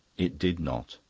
it did not.